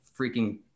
freaking